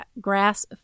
grass